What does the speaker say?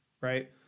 Right